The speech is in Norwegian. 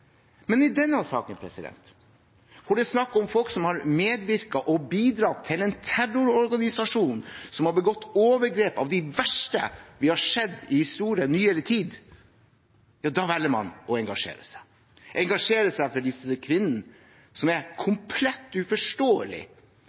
Men i denne saken, hvor det er snakk om folk som har medvirket i og bidratt til en terrororganisasjon som har begått overgrep som er av de verste vi har sett i historien i nyere tid – ja, da velger man å engasjere seg, og engasjere seg for disse kvinnene. Det er komplett uforståelig,